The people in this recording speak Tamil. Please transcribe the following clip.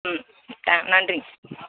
ம் தே நன்றிங்க